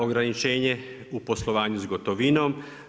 Ograničenje u poslovanju sa gotovinom.